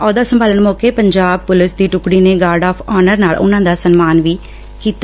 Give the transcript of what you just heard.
ਅਹੁੱਦਾ ਸੰਭਾਲਣ ਮੌਕੇ ਪੰਜਾਬ ਪੁਲਿਸ ਦੀ ਟੁਕੜੀ ਨੇ ਗਾਰਡ ਆਫ ਆਨਰ ਨਾਲ ਉਨੂਾਂ ਦਾ ਸਨਮਾਨ ਵੀ ਕੀਤਾ